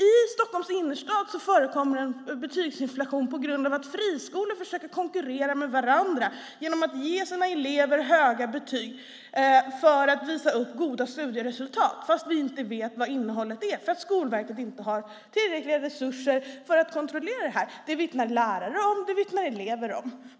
I Stockholms innerstad förekommer det en betygsinflation på grund av att friskolor försöker konkurrera med varandra genom att ge sina elever höga betyg för att visa upp goda studieresultat, fast vi inte vet vad innehållet är. Att Skolverket inte har tillräckliga resurser för att kontrollera det här vittnar lärare om, och det vittnar elever om.